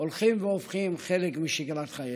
הולכים והופכים חלק משגרת חיינו.